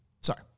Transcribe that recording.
Sorry